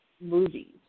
movies